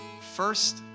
first